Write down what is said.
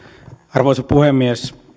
arvoisa puhemies